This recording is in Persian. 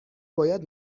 باید